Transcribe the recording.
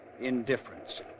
indifference